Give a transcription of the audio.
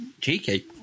Cheeky